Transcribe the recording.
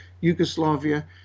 Yugoslavia